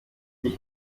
dich